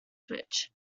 switch